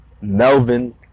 Melvin